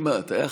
אני לא